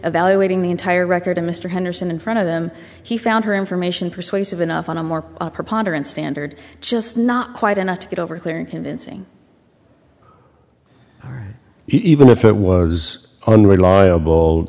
evaluating the entire record of mr henderson in front of them he found her information persuasive enough on a more opera pondering standard just not quite enough to get over clear and convincing even if it was unreliable